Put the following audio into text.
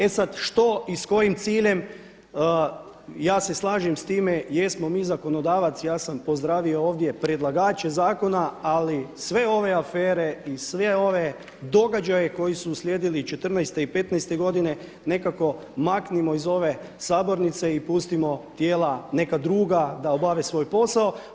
E sad što i s kojim ciljem, ja se slažem s time jesmo mi zakonodavac, ja sam pozdravio ovdje predlagače zakona, a sve ove afere i sve ove događaje koji su uslijedili 2014. i 2015. godine nekako maknimo iz ove sabornice i pustimo tijela neka druga da obave svoj posao.